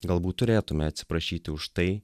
galbūt turėtume atsiprašyti už tai